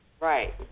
Right